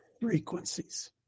frequencies